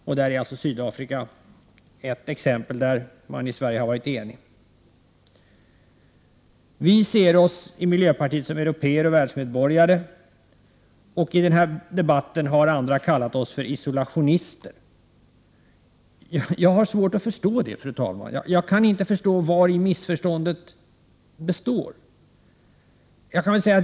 I detta avseende är Sydafrika ett exempel, och i fråga om detta land har man i Sverige varit enig. I miljöpartiet ser vi oss som européer och världsmedborgare. I den här debatten har andra kallat oss för isolationister. Jag har, fru talman, svårt att förstå det. Jag kan inte förstå hur det missförståndet har kunnat uppkomma.